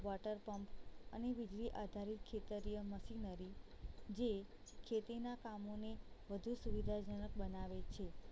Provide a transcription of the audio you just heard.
water pump અને વીજળી આધારિત ખેતરીય મશીનરી જે ખેતીના કામોને વધુ સુવિધાજનક બનાવે છે